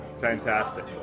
fantastic